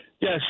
yes